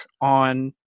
on